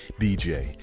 DJ